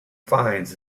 finds